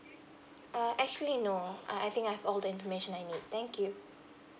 uh actually no I I think I have all the information I need thank you